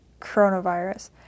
coronavirus